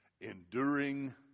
enduring